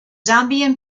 zambian